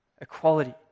equality